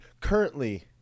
currently